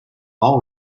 all